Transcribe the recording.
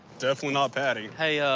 definitely not patty. hey